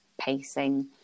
pacing